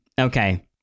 okay